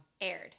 Aired